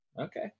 Okay